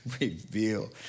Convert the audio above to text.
reveal